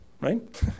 right